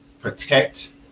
protect